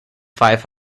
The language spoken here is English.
five